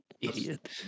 Idiot